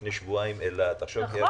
לפני שבועיים אילת, עכשיו קריית שמונה.